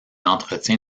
entretien